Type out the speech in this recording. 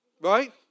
Right